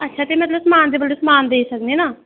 ते अच्छा मतलब समान दे बदले समान देई सकने आं ना